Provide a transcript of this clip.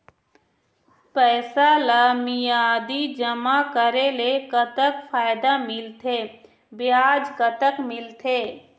पैसा ला मियादी जमा करेले, कतक फायदा मिलथे, ब्याज कतक मिलथे?